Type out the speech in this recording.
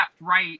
right